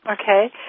Okay